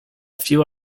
few